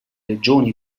regioni